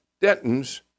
Denton's